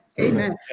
Amen